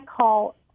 call